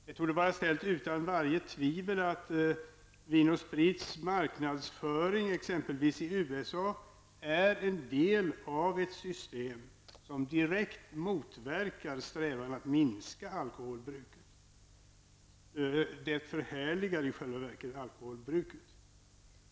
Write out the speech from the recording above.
Det torde vara ställt utom varje tvivel att Vin & Sprit ABs marknadsföring exempelvis i USA är en del av ett system som direkt motverkar strävan att minska alkoholbruket. Det förhärligar i själva verket alkoholbruket.